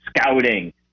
scouting